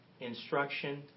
instruction